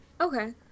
okay